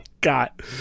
got